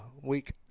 week